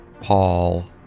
Paul